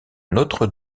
notre